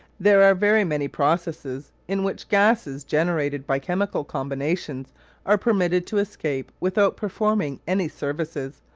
there are very many processes in which gases generated by chemical combinations are permitted to escape without performing any services,